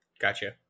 Gotcha